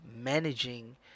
managing